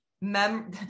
mem